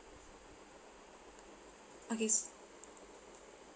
okay